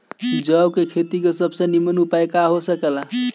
जौ के खेती के सबसे नीमन उपाय का हो ला?